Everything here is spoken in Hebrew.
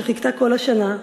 שחיכתה כל השנה,